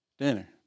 Dinner